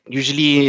usually